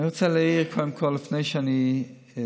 אני רוצה להעיר קודם כול, לפני שאני מתקדם: